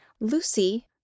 Lucy